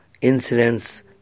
incidents